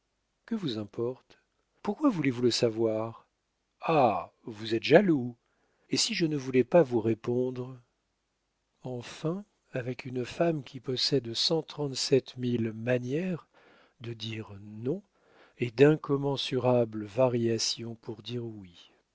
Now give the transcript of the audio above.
que vous importe pourquoi voulez-vous le savoir ah vous êtes jaloux et si je ne voulais pas vous répondre enfin avec une femme qui possède cent trente-sept mille manières de dire non et d'incommensurables variations pour dire oui le